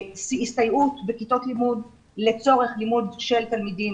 הסתייעות בכיתות לימוד לצורך לימוד של תלמידים